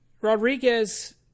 Rodriguez